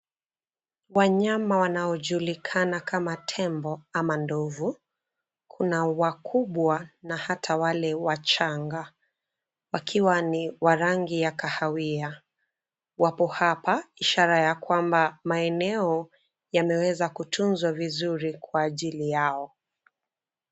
Wanyama wanaojulikana kama tembo ama ndovu, kuna wakubwa na hata wale wachanga wakiwa ni wa rangi ya kahawia wapo hapa, ishara ya kwamba maeneo yameweza kutunzwa vizuri kwa ajili yao.